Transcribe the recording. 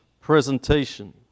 presentation